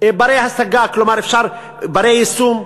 בני-השגה, בני-יישום.